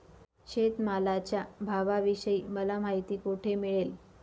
शेतमालाच्या भावाविषयी मला माहिती कोठे मिळेल?